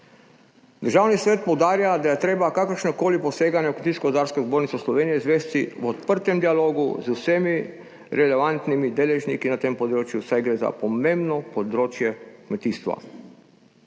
Državni svet poudarja, da je treba kakršnokoli poseganje v Kmetijsko gozdarsko zbornico Slovenije izvesti v odprtem dialogu z vsemi relevantnimi deležniki na tem področju, saj gre za pomembno področje kmetijstva.